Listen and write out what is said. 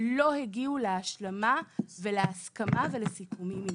לא הגיעו להשלמה ולהסכמה ולסיכומים עימנו,